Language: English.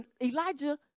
Elijah